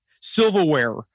silverware